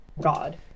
God